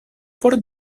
por